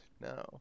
No